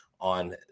on